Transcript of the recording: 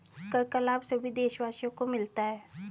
कर का लाभ सभी देशवासियों को मिलता है